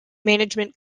management